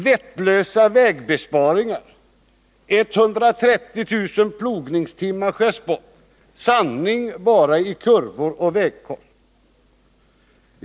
”Vettlösa vägbesparingar. 130 000 plogningstimmar skärs bort. Sandning bara i kurvor och vägkors.